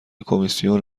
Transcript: کمیسیون